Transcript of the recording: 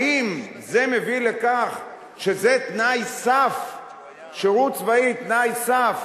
האם זה מביא לכך ששירות צבאי הוא תנאי סף